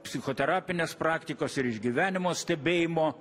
psichoterapinės praktikos ir iš gyvenimo stebėjimo